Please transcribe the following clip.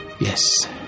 Yes